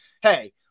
hey